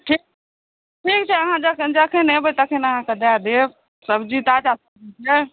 ठीक छै अहाँ जखन अयबै तखन अहाँके दऽ देब सब्जी ताजा सब्जी छै